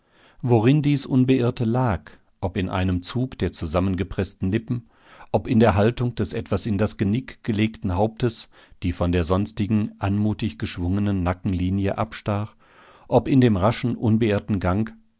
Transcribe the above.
worin dieses unbeirrte lag ob in einem zug der zusammengepreßten lippen ob in der haltung des etwas in das genick gelegten hauptes die von der sonstigen anmutig geschwungenen nackenlinie abstach ob in dem raschen unbeirrten gang